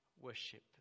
worship